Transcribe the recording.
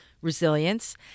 resilience